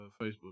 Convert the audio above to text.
Facebook